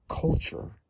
culture